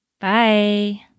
Bye